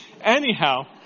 Anyhow